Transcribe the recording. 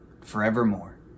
forevermore